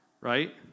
Right